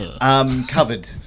Covered